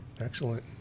Excellent